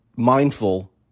mindful